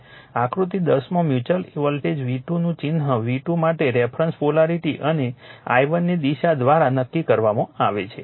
હવે આકૃતિ 10 માં મ્યુચ્યુઅલ વોલ્ટેજ V2 નું ચિહ્ન V2 માટે રેફરન્સ પોલારિટી અને i1 ની દિશા દ્વારા નક્કી કરવામાં આવે છે